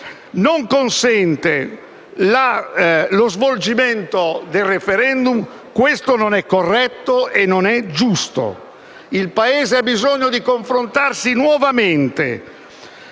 non consente lo svolgimento del *referendum* questo non è corretto, né giusto. Il Paese ha bisogno di confrontarsi nuovamente